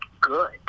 good